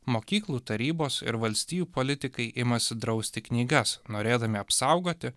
mokyklų tarybos ir valstijų politikai imasi drausti knygas norėdami apsaugoti